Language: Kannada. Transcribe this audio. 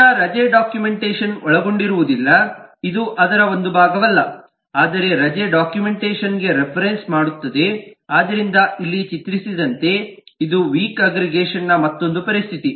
ಈಗ ರಜೆ ಡಾಕ್ಯುಮೆಂಟೇಶನ್ ಒಳಗೊಂಡಿರುವುದಿಲ್ಲ ಇದು ಅದರ ಒಂದು ಭಾಗವಲ್ಲ ಆದರೆ ರಜೆ ಡಾಕ್ಯುಮೆಂಟೇಶನ್ಗೆ ರೆಫರೆನ್ಸ್ ಮಾಡುತ್ತದೆ ಆದ್ದರಿಂದ ಇಲ್ಲಿ ಚಿತ್ರಿಸಿದಂತೆ ಇದು ವೀಕ್ ಅಗ್ಗ್ರಿಗೇಷನ್ನ ಮತ್ತೊಂದು ಪರಿಸ್ಥಿತಿ